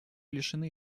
лишены